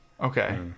Okay